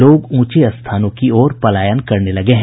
लोग ऊंचे स्थानों की ओर पलायन करने लगे हैं